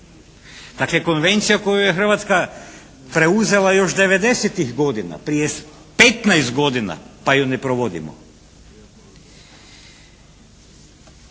Dakle Konvencija u koju je Hrvatska preuzela još '90.-ih godina prije 15 godina pa ju ne provodimo.